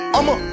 I'ma